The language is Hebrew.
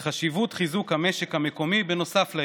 ויש חשיבות לחיזוק המשק המקומי בנוסף ליבוא.